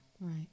Right